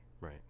Right